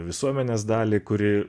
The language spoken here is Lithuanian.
visuomenės dalį kuri